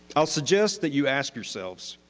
i'll suggest that you ask yourselves,